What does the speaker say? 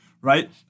right